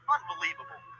Unbelievable